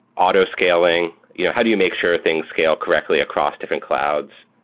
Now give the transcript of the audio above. auto scaling. yeah how do you make sure things scale correctly across different clouds?